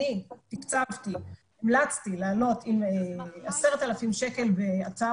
אני המלצתי לעלות עם 10,000 שקל באתר